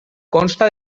consta